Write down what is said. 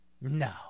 No